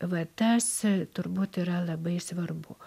va tas turbūt yra labai svarbu